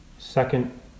Second